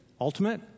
ultimate